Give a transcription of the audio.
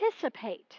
participate